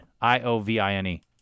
I-O-V-I-N-E